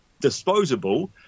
disposable